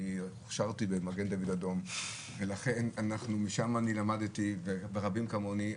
אני הוכשרתי במגן דוד אדום ולכן אנחנו משם אני למדתי ורבים כמוני,